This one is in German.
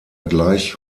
gleich